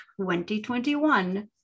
2021